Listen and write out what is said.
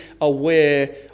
aware